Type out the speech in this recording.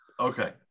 Okay